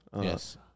yes